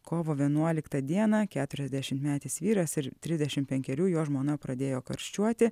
kovo vienuoliktą dieną keturiasdešimtmetis vyras ir trisdešimt penkerių jo žmona pradėjo karščiuoti